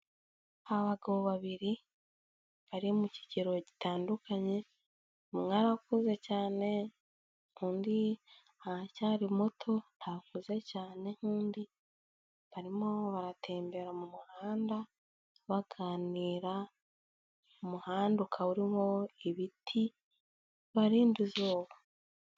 Abagabo babiri bari mu kigero gitandukanye, umwe arakuze cyane, undi aracyari muto ntakuze cyane nk'undi, barimo baratembera mu muhanda baganira, umuhanda ukaba urimo ibiti baririnda izuba.